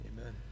Amen